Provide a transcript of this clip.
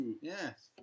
Yes